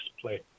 play